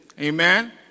amen